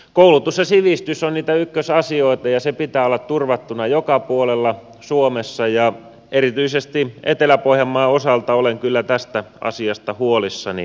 koulutus ja sivistys on niitä ykkösasioita ja se pitää olla turvattuna joka puolella suomessa ja erityisesti etelä pohjanmaan osalta olen kyllä tästä asiasta huolissani